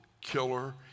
killer